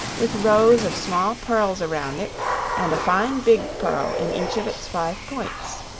with rows of small pearls around it and a fine big pearl in each of its five points.